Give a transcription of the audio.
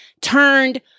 turned